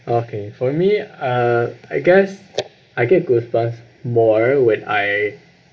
okay for me uh I guess I get goosebumps more when I